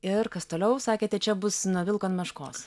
ir kas toliau sakėte čia bus nuo vilko ant meškos